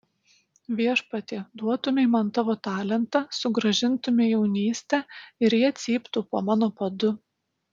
viešpatie duotumei man tavo talentą sugrąžintumei jaunystę ir jie cyptų po mano padu